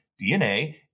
DNA